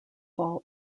fall